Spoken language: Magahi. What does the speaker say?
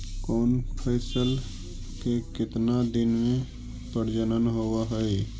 कौन फैसल के कितना दिन मे परजनन होब हय?